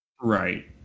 Right